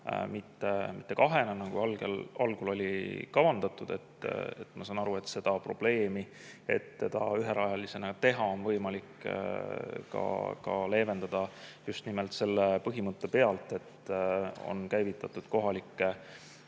mitte kahega, nagu algul oli kavandatud. Ma saan aru, et seda probleemi, et see üherajalisena tehakse, on võimalik ka leevendada, just nimelt selle abil, et on käivitatud kohalike